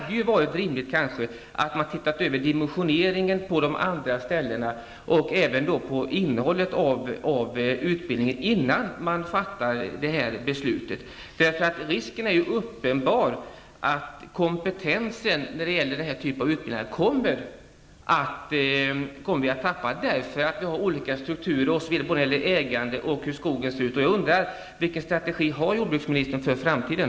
Det hade varit rimligt att se på dimensioneringen på de andra utbildningsorterna och även att se på innehållet i utbildningen innan man fattar detta beslut. Det är en uppenbar risk att vi kommer att förlora kompetens i denna typ av utbildningar. Man har olika struktur både när det gäller ägandet och när det gäller skogen. Jag undrar vilken strategi jordbruksministern har för framtiden.